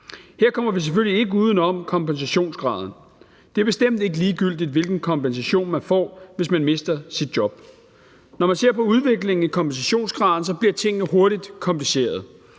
Her kommer vi selvfølgelig ikke uden om kompensationsgraden. Det er bestemt ikke ligegyldigt, hvilken kompensation man får, hvis man mister sit job. Når man ser på udviklingen i kompensationsgraden, bliver tingene hurtigt komplicerede,